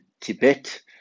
Tibet